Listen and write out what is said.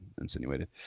insinuated